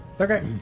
Okay